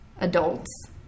adults